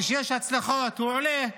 כשיש הצלחות הוא עולה לנאום,